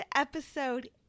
episode